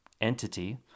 entity